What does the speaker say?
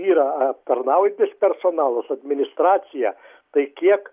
yra aptarnaujantis personalas administracija tai kiek